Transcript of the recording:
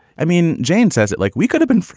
i mean, jane says it like we could have been.